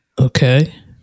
Okay